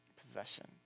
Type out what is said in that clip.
possession